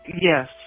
Yes